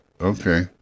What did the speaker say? Okay